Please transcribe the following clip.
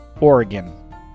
Oregon